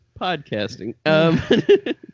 podcasting